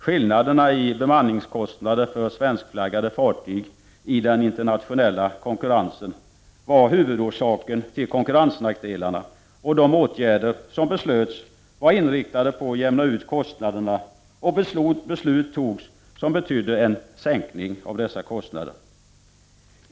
Skillnaderna i bemanningskostnader för svenskflaggade fartyg i den internationella konkurrensen var huvudorsaken till konkurrensnackdelarna. De åtgärder som beslöts var inriktade på att jämna ut kostnaderna, och beslut som betydde en sänkning av dessa kostnader fattades.